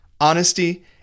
honesty